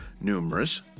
numerous